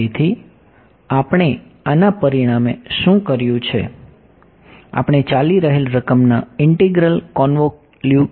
તેથી આપણે આના પરિણામે શું કર્યું છે આપણે ચાલી રહેલ રકમના ઇન્ટિગ્રલ કોન્વોલ્યુશનને ઘટાડ્યું છે